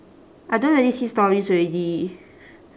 I don't really see stories already